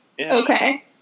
Okay